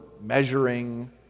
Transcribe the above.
measuring